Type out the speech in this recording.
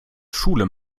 schule